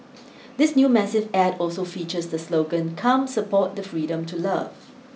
this new massive ad also features the slogan come support the freedom to love